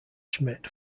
schmidt